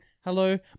Hello